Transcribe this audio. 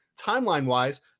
timeline-wise